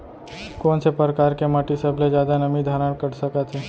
कोन से परकार के माटी सबले जादा नमी धारण कर सकत हे?